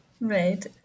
Right